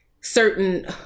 certain